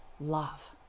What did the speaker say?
love